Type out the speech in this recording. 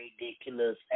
ridiculous